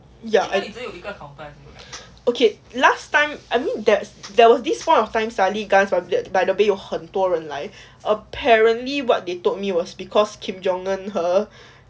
ya okay last time I mean there there was this point of time suddenly gardens by the bay 有很多人来 apparently what they told me was because kim jong un 和